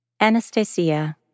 Anastasia